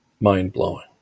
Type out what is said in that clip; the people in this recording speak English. mind-blowing